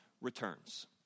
returns